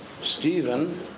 Stephen